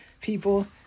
People